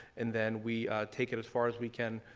and then we take it as farce we can,